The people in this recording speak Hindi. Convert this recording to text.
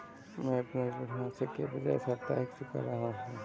मैं अपना ऋण मासिक के बजाय साप्ताहिक चुका रहा हूँ